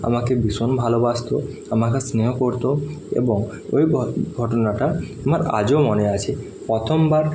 আমাকে ভীষণ ভালোবাসতো আমাকে স্নেহ করতো এবং ওই ঘটনাটা আমার আজও মনে আছে প্রথম বার